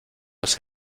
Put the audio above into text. los